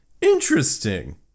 Interesting